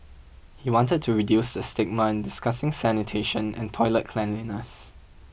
he wanted to reduce the stigma in discussing sanitation and toilet cleanliness